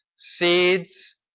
seeds